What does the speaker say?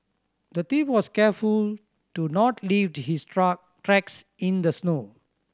the thief was careful to not leaved his tracks in the snow